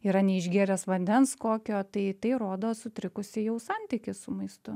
yra neišgėręs vandens kokio tai tai rodo sutrikusį jau santykį su maistu